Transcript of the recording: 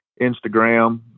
Instagram